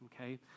okay